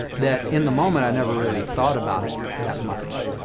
that in the moment, i never really thought about it that much.